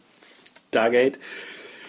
stargate